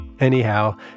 Anyhow